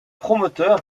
promoteurs